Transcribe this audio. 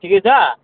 ठिकै छ